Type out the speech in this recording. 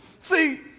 See